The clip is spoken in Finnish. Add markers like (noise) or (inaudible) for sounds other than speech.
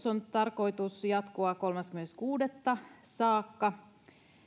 (unintelligible) on tarkoitus jatkua kolmaskymmenes kuudetta saakka